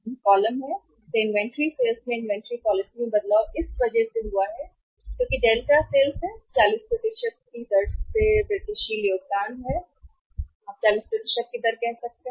ये कॉलम हैं इसलिए इनवेंटरी सेल्स में इन्वेंट्री पॉलिसी में बदलाव इस वजह से हुआ क्योंकि यह डेल्टा सेल्स है 40 की दर से वृद्धिशील योगदान आप 40 की दर से कह सकते हैं